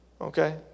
Okay